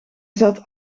zat